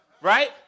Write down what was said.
Right